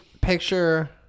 picture